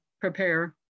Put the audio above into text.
prepare